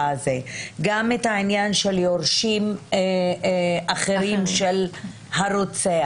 גם את העניין של יורשים אחרים של הרוצח.